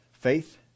Faith